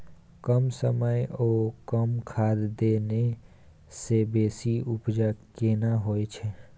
कम समय ओ कम खाद देने से बेसी उपजा केना होय छै?